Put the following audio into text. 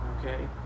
Okay